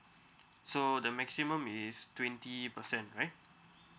so the maximum is twenty percent right